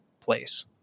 place